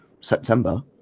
september